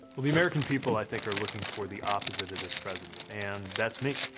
well, the american people, i think, are looking for the opposite of this president, and that's me.